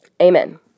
Amen